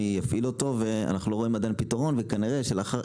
מי יפעיל אותו ואנחנו לא רואים עדיין פתרון וכנראה שלאחר